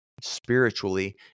spiritually